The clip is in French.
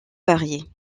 variées